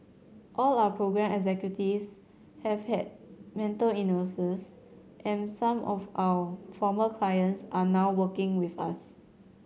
all our programme executives have had mental illness and some of our former clients are now working with us